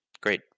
great